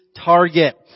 target